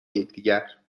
یکدیگر